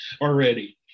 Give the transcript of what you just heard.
already